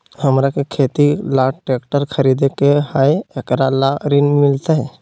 हमरा के खेती ला ट्रैक्टर खरीदे के हई, एकरा ला ऋण मिलतई?